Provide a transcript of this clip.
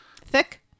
Thick